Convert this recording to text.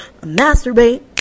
masturbate